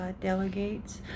delegates